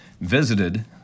visited